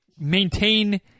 maintain